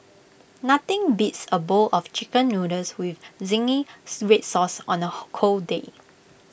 nothing beats A bowl of Chicken Noodles with zingies Red Sauce on A cold day